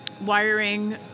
wiring